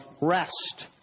rest